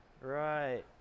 Right